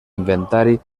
inventari